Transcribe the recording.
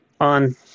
on